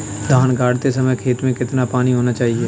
धान गाड़ते समय खेत में कितना पानी होना चाहिए?